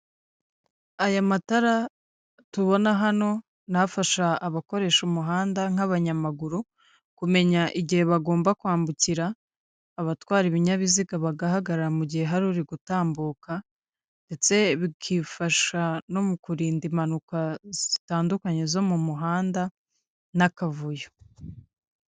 Aya matara tubona hano ni afasha abakoresha umuhanda nk'abanyamaguru, kumenya igihe bagomba kwambukira abatwara ibinyabiziga bagahagarara mu gihe hari uri gutambuka, ndetse bigafasha no mu kurinda impanuka zitandukanye zo mu muhanda n'akavuyo.